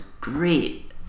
great